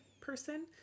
person